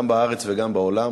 גם בארץ וגם בעולם,